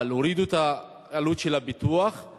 אבל הורידו את העלות של הפיתוח,